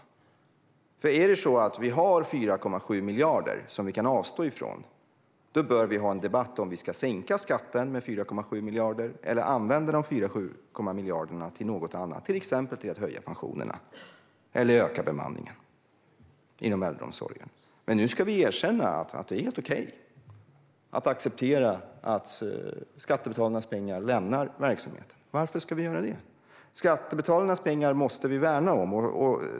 Om det är på det sättet att vi har 4,7 miljarder som vi kan avstå ifrån bör vi ha en debatt om vi ska sänka skatten med 4,7 miljarder eller använda de 4,7 miljarderna till något annat, till exempel till att höja pensionerna eller öka bemanningen inom äldreomsorgen. Men nu ska vi erkänna att det är helt okej att acceptera att skattebetalarnas pengar lämnar verksamheten. Varför ska vi göra det? Vi måste värna om skattebetalarnas pengar.